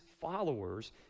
followers